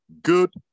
Good